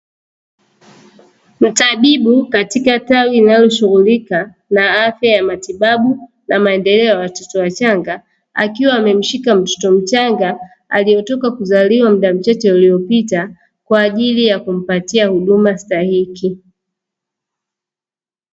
Mtabibu katika tawi linaloshughulika na afya ya matibabu na maendeleo ya watoto wachanga, akiwa amemshika mtoto mchanga aliyetoka kuzaliwa muda mchache uliopita kwaajili ya kumpatia huduma stahiki.